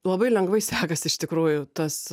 labai lengvai sekasi iš tikrųjų tas